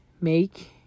Make